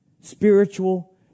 spiritual